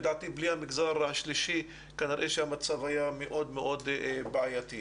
לדעתי בלי המגזר השלישי כנראה שהמצב היה מאוד מאוד בעייתי.